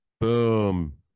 boom